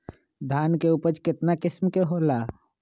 धान के उपज केतना किस्म के होला?